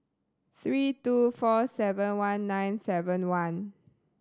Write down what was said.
three two four seven one nine seven one